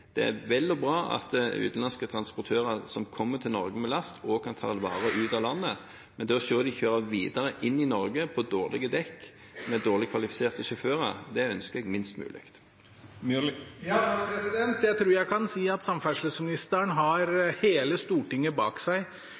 Det er vel og bra at utenlandske transportører som kommer til Norge med last, også kan ta varer ut av landet. Men det at de kjører videre inn i Norge på dårlige dekk og med dårlig kvalifiserte sjåfører, ønsker jeg minst mulig. Jeg tror jeg kan si at samferdselsministeren har hele Stortinget bak seg